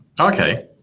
okay